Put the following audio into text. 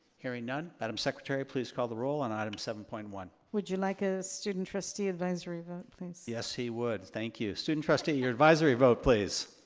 hearing none. madame secretary, please call the roll on item seven point one. would you like a student trustee advisory vote please? yes, he would, thank you. student trustee, your advisory vote, please?